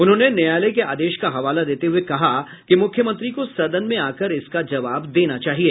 उन्होंने न्यायालय के आदेश का हवाला देते हुए कहा कि मुख्यमंत्री को सदन में आकर इसका जवाब देना चाहिए